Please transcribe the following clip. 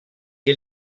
che